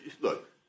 look